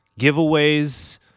giveaways